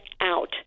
out